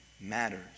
matters